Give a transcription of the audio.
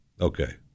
Okay